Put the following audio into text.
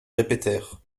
répétèrent